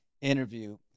Interview